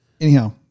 Anyhow